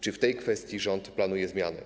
Czy w tej kwestii rząd planuje zmiany?